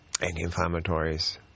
anti-inflammatories